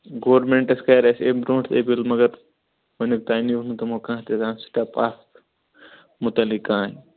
governments کَرِ اَسہِ امہ برونٛہہ تہ اپیٖل مگر ونیُک تام نیٚو نہٕ تمو کانٛہہ تہِ زانٛہہ سٹیٚپ اتھ مُتعلِق کٕہٕنۍ